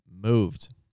moved